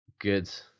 Good